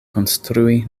konstrui